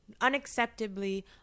unacceptably